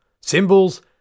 Symbols